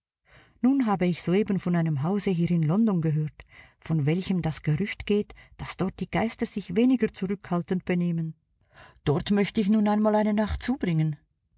nun habe ich soeben von einem hause hier in london gehört von welchem das gerücht geht daß dort die geister sich weniger zurückhaltend benehmen dort möchte ich nun einmal eine nacht zubringen